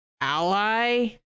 ally